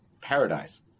paradise